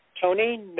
Tony